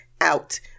out